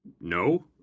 No